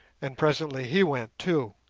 and presently he went too,